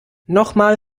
nochmal